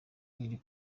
riri